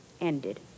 ended